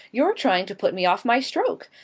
you're trying to put me off my stroke.